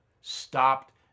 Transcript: stopped